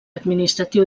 administratiu